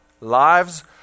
lives